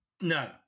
No